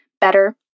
better